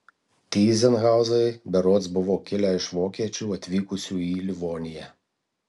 tyzenhauzai berods buvo kilę iš vokiečių atvykusių į livoniją